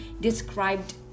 described